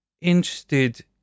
interested